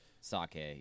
sake